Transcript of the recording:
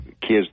kids